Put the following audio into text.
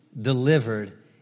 delivered